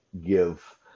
give